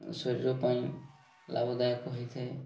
ଶରୀର ପାଇଁ ଲାଭଦାୟକ ହୋଇଥାଏ